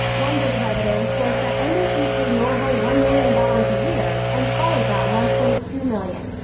one bit of evidence was that nbc paid norville one million dollars a year, and pauley got one point two million